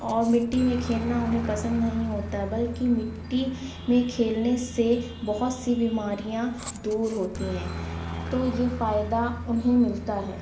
اور مٹی میں کھیلنا انہیں پسند نہیں ہوتا بلکہ مٹی میں کھیلنے سے بہت سی بیماریاں دور ہوتی ہیں تو یہ فائدہ انہیں ملتا ہے